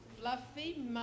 Fluffy